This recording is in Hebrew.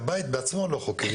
כי הבית בעצמו לא חוקי.